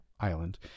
island